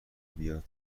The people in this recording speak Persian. بیا